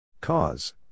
Cause